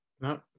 no